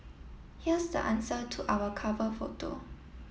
here's the answer to our cover photo